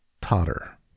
totter